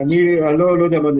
אני לא יודע.